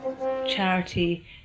Charity